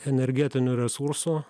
energetinių resursų